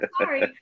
sorry